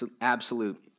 absolute